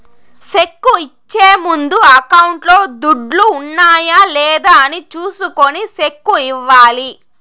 cheque ఇచ్చే ముందు అకౌంట్లో దుడ్లు ఉన్నాయా లేదా అని చూసుకొని సెక్కు ఇవ్వాలి